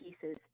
pieces